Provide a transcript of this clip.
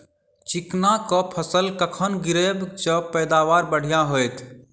चिकना कऽ फसल कखन गिरैब जँ पैदावार बढ़िया होइत?